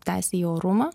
teisę į orumą